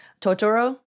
Totoro